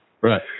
Right